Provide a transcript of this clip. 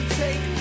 take